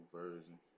version